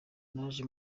naje